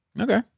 Okay